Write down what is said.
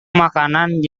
makanan